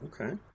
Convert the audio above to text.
Okay